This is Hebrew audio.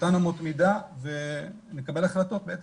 באותן אמות מידה ונקבל החלטות בהתאם.